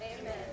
Amen